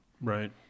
right